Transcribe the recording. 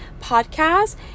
podcast